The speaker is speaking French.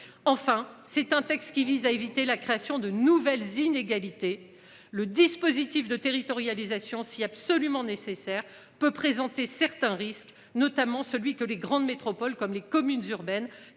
Enfin c'est un texte qui vise à éviter la création de nouvelles inégalités. Le dispositif de territorialisation si absolument nécessaire peut présenter certains risques notamment celui que les grandes métropoles comme les communes urbaines